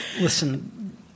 listen